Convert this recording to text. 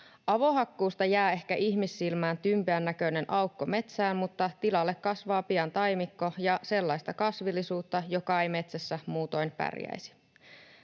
Avohakkuusta jää ehkä ihmissilmälle tympeännäköinen aukko metsään, mutta tilalle kasvaa pian taimikko ja sellaista kasvillisuutta, joka ei metsässä muutoin pärjäisi.